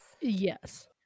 Yes